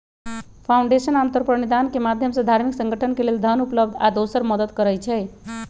foundation आमतौर पर अनुदान के माधयम से धार्मिक संगठन के लेल धन उपलब्ध आ दोसर मदद करई छई